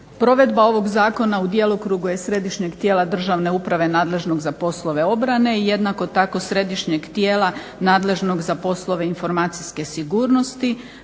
Provedba ovog zakona u djelokrugu je Središnjeg tijela državne uprave nadležnog za poslove obrane i jednako tako Središnjeg tijela nadležnog za poslove informacijske sigurnosti.